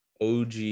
og